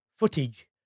footage